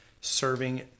serving